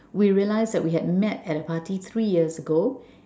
we realized that we had met at a party three years ago